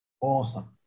Awesome